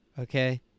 Okay